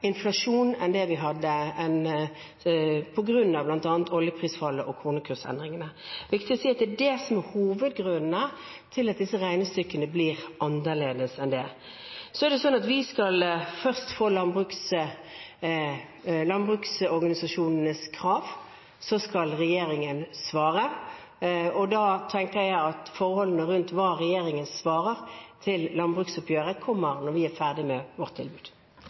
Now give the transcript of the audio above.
inflasjon på grunn av bl.a. oljeprisfallet og kronekursendringene. Det er viktig å si at det er det som er hovedgrunnene til at disse regnestykkene blir annerledes. Så er det sånn at vi først skal få landbruksorganisasjonenes krav. Så skal regjeringen svare. Og da tenker jeg at forholdene rundt hva regjeringen svarer på landbruksoppgjøret, kommer når vi er ferdig med vårt tilbud.